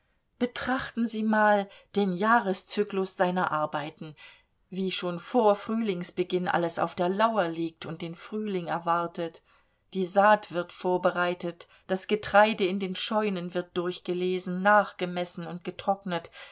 betrachten sie mal den jahreszyklus seiner arbeiten wie schon vor frühlingsbeginn alles auf der lauer liegt und den frühling erwartet die saat wird vorbereitet das getreide in den scheunen wird durchgelesen nachgemessen und getrocknet